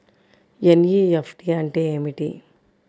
NEFT అంటే ఏమిటి?